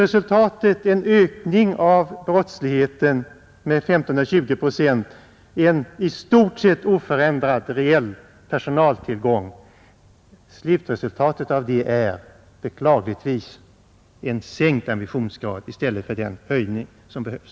En sådan ökning av brottsligheten och en i stort sett oförändrad reell personaltillgång ger beklagligtvis som slutresultat en sänkt ambitionsgrad i stället för den höjning som behövs.